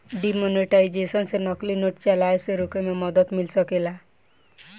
demonetisation से नकली note चलाए से रोके में मदद मिल सकेला